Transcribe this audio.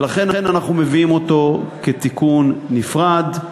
ולכן אנחנו מביאים אותו כתיקון נפרד.